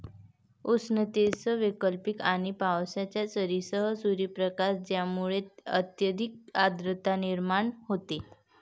उष्णतेसह वैकल्पिक आणि पावसाच्या सरींसह सूर्यप्रकाश ज्यामुळे अत्यधिक आर्द्रता निर्माण होते